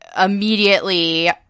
immediately